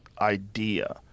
idea